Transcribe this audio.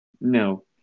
No